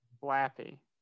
Flappy